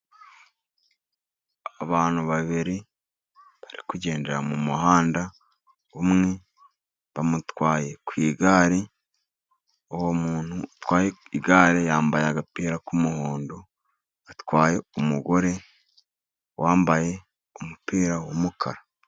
Abantu babiri bari kugendera mu muhanda, umwe bamutwaye ku igare, uwo muntu utwaye igare yambaye agapira k'umuhondo, atwaye umugore wambaye umupira w'umukara.